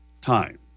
time